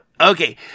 Okay